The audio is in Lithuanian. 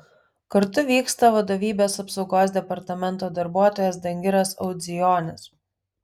kartu vyksta vadovybės apsaugos departamento darbuotojas dangiras audzijonis